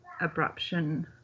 abruption